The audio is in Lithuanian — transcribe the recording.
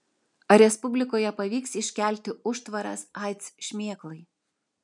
ar respublikoje pavyks iškelti užtvaras aids šmėklai